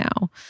now